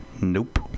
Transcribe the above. nope